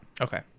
okay